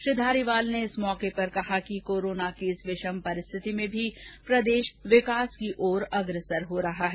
श्री धारीवाल ने कहा कि कोरोना की इस विषम परिस्थिति में भी प्रदेश विकास की ओर अग्रसर हो रहा है